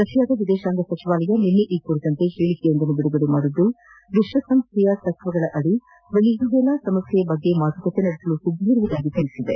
ರಷ್ಯಾದ ವಿದೇಶಾಂಗ ಸಚಿವಾಲಯ ನಿನ್ನೆ ಈ ಕುರಿತಂತೆ ಹೇಳಿಕೆಯೊಂದನ್ನು ಬಿಡುಗಡೆ ಮಾಡಿದ್ದು ವಿಶ್ವಸಂಸ್ಥೆಯ ತತ್ವಗಳದಿ ವೆನಿಜುವೆಲಾ ಸಮಸ್ಯೆ ಕುರಿತಂತೆ ಮಾತುಕತೆ ನಡೆಸಲು ಸಿದ್ದವಿರುವುದಾಗಿ ತಿಳಿಸಿದೆ